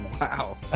wow